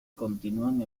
continúan